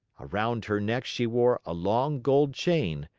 around her neck she wore a long gold chain,